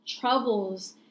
troubles